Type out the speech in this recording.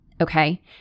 Okay